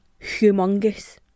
humongous